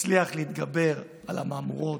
תצליח להתגבר על המהמורות,